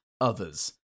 others